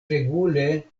regule